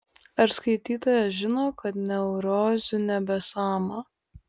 ar skaitytojas žino kad neurozių nebesama